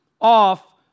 off